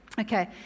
Okay